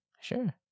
Sure